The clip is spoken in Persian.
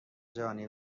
جهانی